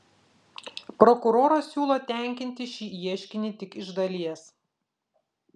prokuroras siūlo tenkinti šį ieškinį tik iš dalies